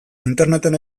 interneten